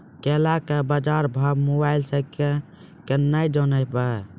केला के बाजार भाव मोबाइल से के ना जान ब?